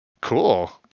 Cool